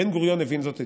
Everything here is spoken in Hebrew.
בן-גוריון הבין זאת היטב.